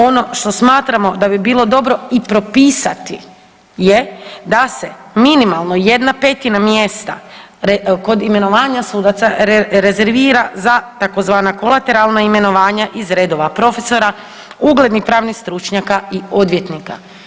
Ono što smatramo da bi bilo dobro i propisati je da se minimalno 1/5 mjesta kod imenovanja sudaca rezervira za tzv. kolateralna imenovanja iz redova profesora, uglednih pravnih stručnjaka i odvjetnika.